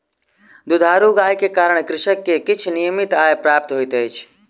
दुधारू गाय के कारण कृषक के किछ नियमित आय प्राप्त होइत अछि